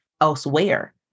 elsewhere